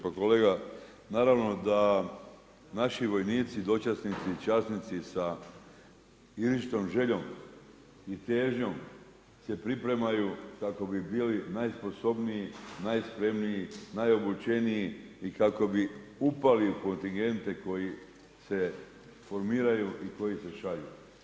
Pa kolega, naravno da naši vojnici, dočasnici i časnici sa … željom i težnjom se pripremaju kako bi bili najsposobniji, najspremniji, najobučeniji i kako bi upali u kontingente koji se formiraju i koji slušaju.